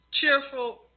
cheerful